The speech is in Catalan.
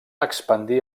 expandir